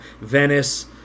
venice